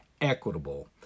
equitable